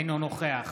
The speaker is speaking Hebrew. אינו נוכח